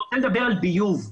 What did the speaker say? אני מדבר על ביוב.